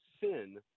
sin